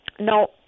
No